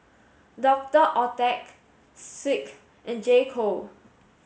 Doctor Oetker Schick and J co